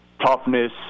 toughness